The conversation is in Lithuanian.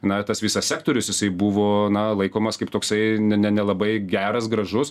na tas visas sektorius jisai buvo na laikomas kaip toksai ne ne nelabai geras gražus